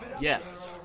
Yes